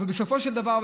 אבל בסופו של דבר,